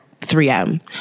3M